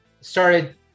started